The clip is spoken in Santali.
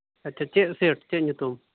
ᱟᱪᱪᱷᱟ ᱪᱮᱫ ᱥᱮᱴ ᱪᱮᱫ ᱧᱩᱛᱩᱢ